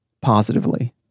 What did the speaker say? positively